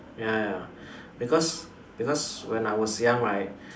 ya ya because because when I was young right